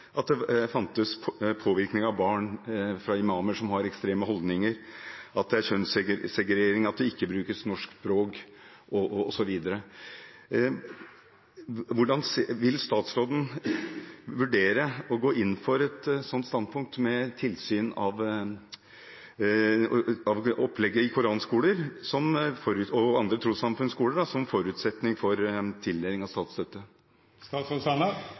de bl.a. at det fantes påvirkning av barn fra imamer som har ekstreme holdninger, at det er kjønnssegregering, at det ikke brukes norsk språk osv. Vil statsråden vurdere å gå inn for et sånt standpunkt, med tilsyn av opplegget i koranskoler og andre trossamfunns skoler som forutsetning for tildeling av